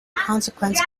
consequence